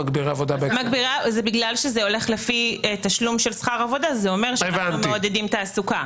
בגלל שזה הולך לפי תשלום של שכר עבודה זה אומר שאנחנו מעודדים תעסוקה.